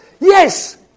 Yes